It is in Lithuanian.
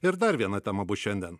ir dar viena tema bus šiandien